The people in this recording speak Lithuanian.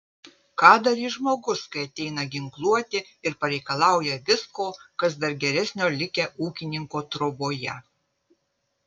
ką darys žmogus kai ateina ginkluoti ir pareikalauja visko kas dar geresnio likę ūkininko troboje